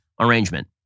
arrangement